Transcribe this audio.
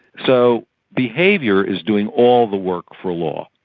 so behaviour is doing all the work for law.